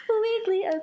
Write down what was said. weekly